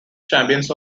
champions